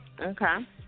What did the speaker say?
Okay